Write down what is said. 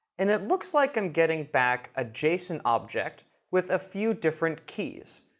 and it looks like i'm getting back a json object with a few different keys,